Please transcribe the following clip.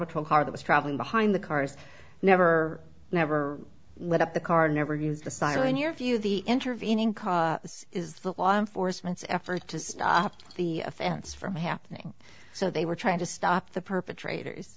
patrol car that was traveling behind the cars never never let up the car never used the siren your view the intervening cause is the law enforcement's effort to stop the offense from happening so they were trying to stop the perpetrators